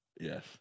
Yes